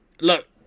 Look